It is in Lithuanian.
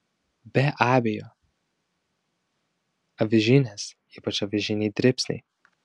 be abejo avižinės ypač avižiniai dribsniai